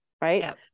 right